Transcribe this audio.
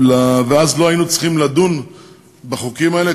ואז לא היינו צריכים לדון בחוקים האלה,